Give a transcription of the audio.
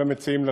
כל המציעים.